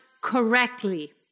correctly